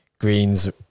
greens